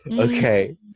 Okay